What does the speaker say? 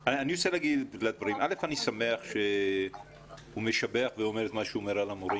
אני שמח שהוא משבח והוא אומר את מה שהוא אומר על המורים,